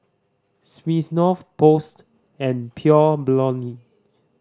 Smirnoff Post and Pure Blonde